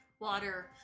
water